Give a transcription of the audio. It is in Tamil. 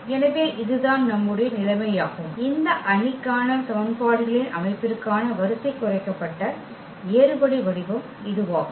எனவே இதுதான் நம்முடைய நிலைமை ஆகும் இந்த அணிக்கான சமன்பாடுகளின் அமைப்பிற்கான வரிசை குறைக்கப்பட்ட ஏறுபடி வடிவம் இதுவாகும்